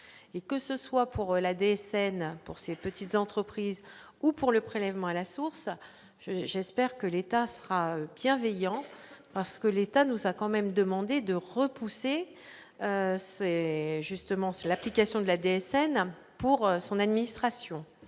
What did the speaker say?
que ce soit pour la DSN pour ces petites entreprises ou pour le prélèvement à la source, j'espère que l'État sera bienveillant parce que l'État nous a quand même demandé de repousser, c'est justement sur l'application de la DSN pour son administration,